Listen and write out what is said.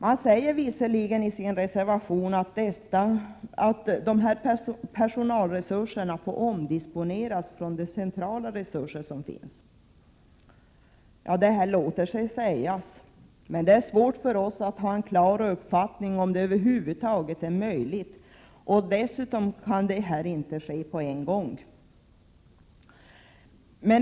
Man säger visserligen i sin reservation att dessa personalresurser får omdisponeras från de centrala resurser som finns. Ja, detta låter sig sägas, men det är svårt för oss att ha en uppfattning om huruvida det över huvud taget är möjligt att göra på de sättet, och dessutom kan inte detta ske med en gång.